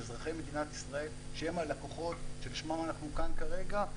אזרחי מדינת ישראל שהם הלקוחות שלשמם אנחנו כאן כרגע,